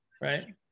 Right